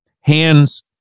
hands